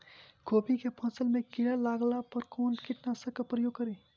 गोभी के फसल मे किड़ा लागला पर कउन कीटनाशक का प्रयोग करे?